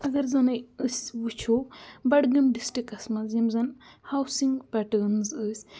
اگر زَنے أسۍ وٕچھو بَڈگٲمۍ ڈِسٹِرٛکَس منٛز یِم زَن ہاوسِنٛگ پیٹٲرٕنز ٲسۍ